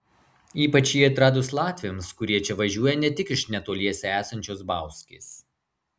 ypač jį atradus latviams kurie čia važiuoja ne tik iš netoliese esančios bauskės